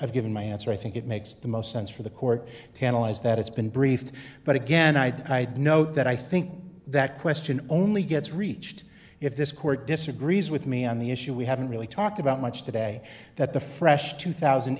of giving my answer i think it makes the most sense for the court to analyze that it's been briefed but again i know that i think that question only gets reached if this court disagrees with me on the issue we haven't really talked about much today that the fresh two thousand